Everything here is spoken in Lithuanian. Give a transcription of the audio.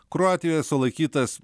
kroatijoje sulaikytas